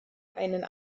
einen